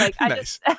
Nice